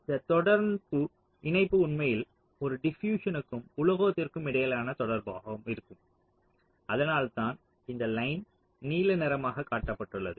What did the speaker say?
இந்த தொடர்பு இணைப்பு உண்மையில் ஒரு டிபியூசனுக்கும் உலோகத்திற்கும் இடையிலான தொடர்பாக இருக்கும் அதனால்தான் இந்த லைன் நீல நிறமாகக் காட்டப்பட்டது